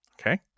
okay